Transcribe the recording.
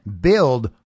build